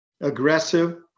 aggressive